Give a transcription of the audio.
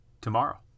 tomorrow